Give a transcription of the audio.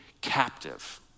captive